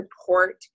support